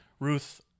Ruth